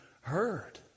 heard